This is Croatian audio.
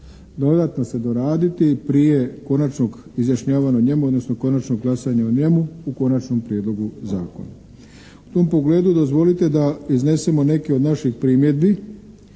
dodatno se doraditi prije konačnog izjašnjavanja o njemu, odnosno konačnog glasanja o njemu u konačnom prijedlogu zakona. U tom pogledu dozvolite da iznesemo neke od naših primjedbi